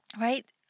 right